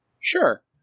Sure